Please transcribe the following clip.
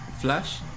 flash